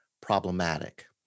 problematic